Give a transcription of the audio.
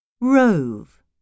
Rove